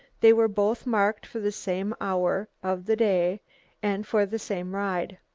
they were both marked for the same hour of the day and for the same ride.